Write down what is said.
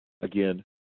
again